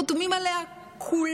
חתומים עליה כולם,